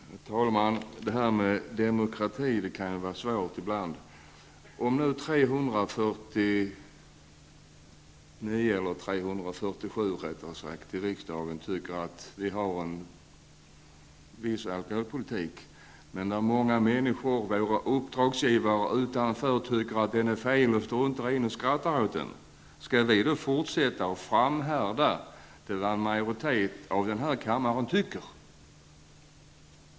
Herr talman! Det här med demokrati kan ju vara svårt ibland. Om nu 347 personer i riksdagen vill ha en viss alkoholpolitik, men våra uppdragsgivare utanför riksdagen tycker att den är felaktig och skrattar åt den, måste man fråga sig om vi skall framhärda att hålla fast vid vad en majoritet i denna kammare tycker.